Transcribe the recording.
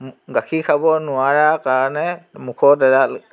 গাখীৰ খাব নোৱাৰা কাৰণে মুখত এৰাল